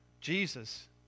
Jesus